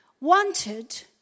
wanted